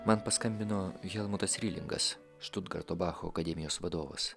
man paskambino helmutas rilingas štutgarto bacho akademijos vadovas